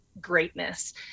greatness